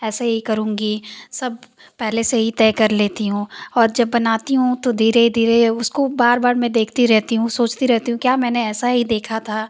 ऐसे ही करूंगी सब पहले से ही तय कर लेती हूँ और जब बनाती हूँ तो धीरे धीरे उसको बार बार मैं देखती रहती हूँ सोचती रहती हूँ क्या मैंने ऐसा ही देखा था